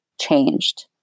changed